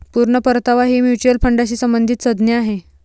पूर्ण परतावा ही म्युच्युअल फंडाशी संबंधित संज्ञा आहे